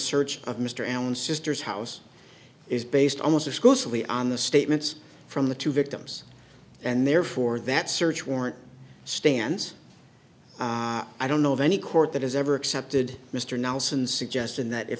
search of mr allen sister's house is based almost exclusively on the statements from the two victims and therefore that search warrant stands i don't know of any court that has ever accepted mr nelson suggestion that if